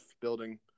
building